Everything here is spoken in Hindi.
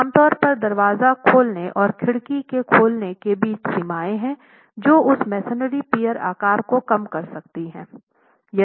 तो आम तौर पर दरवाजा खोलने और खिड़की के खुलने के बीच सीमाएं हैं जो उस मेसनरी पियर आकार को कम कर सकती हैं